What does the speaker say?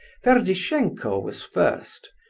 ferdishenko was first,